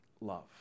Love